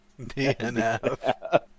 DNF